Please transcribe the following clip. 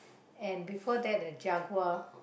and before that a Jaguar